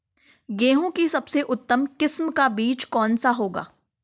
गेहूँ की सबसे उत्तम किस्म का बीज कौन सा होगा?